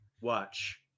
watch